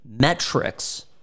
metrics